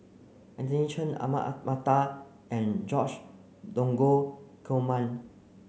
Anthony Chen Ahmad Mattar and George Dromgold Coleman